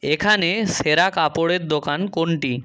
এখানে সেরা কাপড়ের দোকান কোনটি